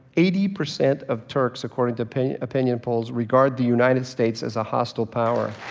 eighty percent of turks, according to opinion opinion polls, regard the united states as a hostile power.